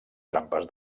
trampes